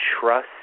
trust